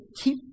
keep